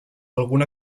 alguna